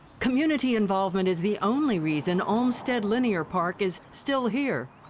community involvement is the only reason olmsted linear park is still here.